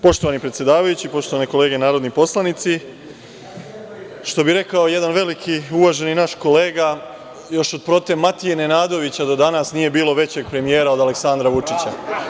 Poštovani predsedavajući, poštovane kolege narodni poslanici, što bi rekao jedan veliki uvaženi naš kolega – još od prote Matije Nenadovića do danas nije bilo većeg premijera od Aleksandra Vučića.